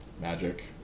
magic